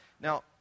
Now